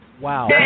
Wow